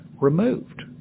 removed